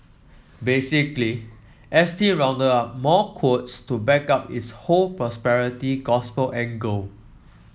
basically S T rounded up more quotes to back up its whole prosperity gospel angle